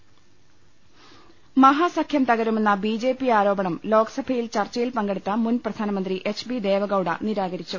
പ മഹാസഖ്യം തകരുമെന്ന ബി ജെ പി ആരോപണം ലോക്സഭയിൽ ചർച്ചയിൽ പങ്കെടുത്ത മുൻ പ്രധാനമന്ത്രി എച്ച് ബി ദേവഗൌഡ നിരാകരിച്ചു